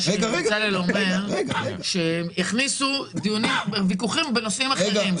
בצלאל אומר שהם הכניסו ויכוחים בנושאים אחרים.